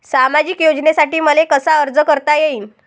सामाजिक योजनेसाठी मले कसा अर्ज करता येईन?